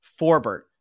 Forbert